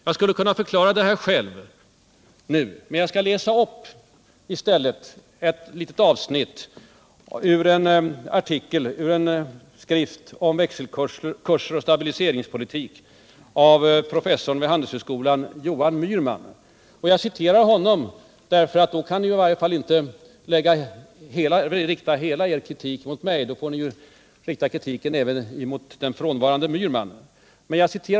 Jag skulle kunna förklara det här själv, men jag skall i stället läsa upp ett litet avsnitt ur en artikel om växelkurser och stabiliseringspolitik av professorn vid Handelshögskolan Johan Myhrman. Jag citerar honom därför att ni då i varje fall inte kan rikta all er kritik mot mig utan får rikta den även mot den frånvarande Myhrman.